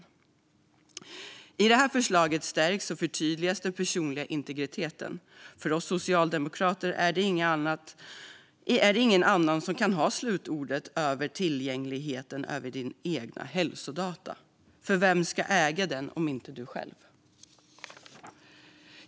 Med det här förslaget stärks och förtydligas den personliga integriteten. För oss socialdemokrater är det ingen annan som kan ha slutordet om tillgängligheten till dina egna hälsodata - vem ska äga dem om inte du själv?